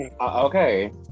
Okay